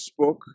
Facebook